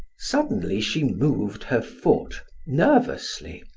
suddenly she moved her foot, nervously,